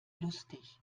lustig